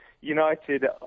United